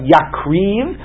Yakriv